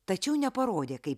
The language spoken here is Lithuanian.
tačiau neparodė kaip